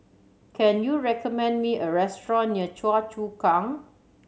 can you recommend me a restaurant near Choa Chu Kang